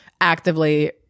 actively